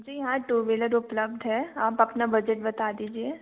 जी हाँ two wheeler उपलब्ध है आप अपना बजट बता दीजिए